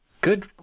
Good